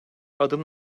adım